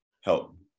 help